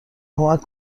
کمک